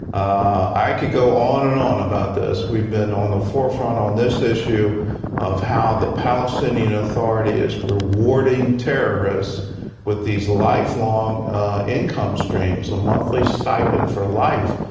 i could go on and on about this. we've been on the forefront on this issue of how the palestinian authority is rewarding terrorists with these life-long income streams, a monthly stipend for life,